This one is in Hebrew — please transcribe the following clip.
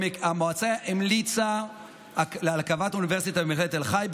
המועצה המליצה על הקמת אוניברסיטה במכללת תל חי,